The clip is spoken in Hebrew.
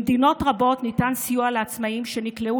במדינות רבות ניתן סיוע לעצמאים שנקלעו